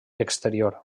exterior